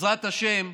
בעזרת השם,